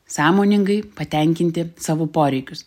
sąmoningai patenkinti savo poreikius